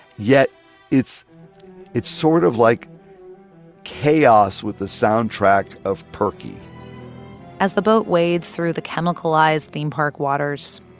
yet it's it's sort of like chaos with the soundtrack of perky as the boat wades through the chemicalized theme park waters,